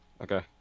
Okay